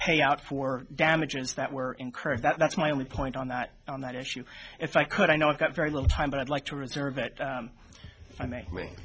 pay out for damages that were incurred that's my only point on that on that issue if i could i know it got very little time but i'd like to reserve it i me me